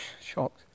shocked